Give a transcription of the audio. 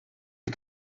het